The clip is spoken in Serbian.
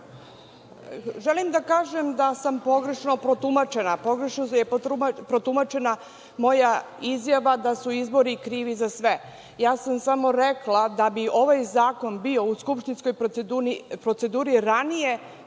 Želim da kažem da sam pogrešno protumačena, pogrešno je protumačena moja izjava da su izbori krivi za sve. Samo sam rekla da bi ovaj zakon bio u skupštinskoj proceduri ranije